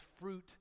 fruit